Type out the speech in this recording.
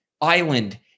island